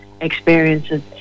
experiences